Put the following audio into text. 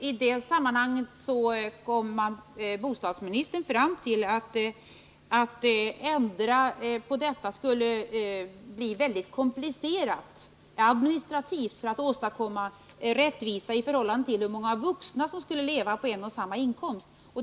I det sammanhanget kom bostadsministern fram till att det administrativt skulle bli väldigt komplicerat att ändra på detta om man ville åstadkomma rättvisa, med tanke på hur många vuxna som skulle leva på en och samma inkomst.